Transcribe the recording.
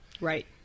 Right